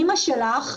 אמא שלך,